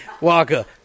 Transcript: Waka